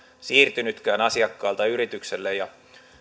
siirtynytkään asiakkaalta yritykselle ja